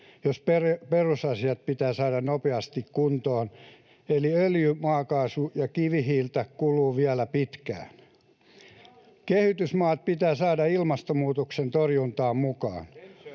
jos perusasiat pitää saada nopeasti kuntoon, eli öljyä, maakaasua ja kivihiiltä kuluu vielä pitkään. Kehitysmaat pitää saada ilmastonmuutoksen torjuntaan mukaan.